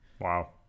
Wow